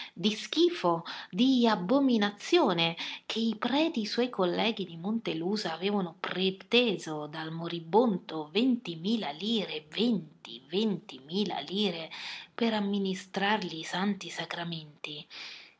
di schifo di abominazione che i preti suoi colleghi di montelusa avevano preteso dal moribondo ventimila lire venti ventimila lire per amministrargli i santi sacramenti